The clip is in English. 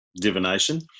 divination